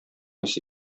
исе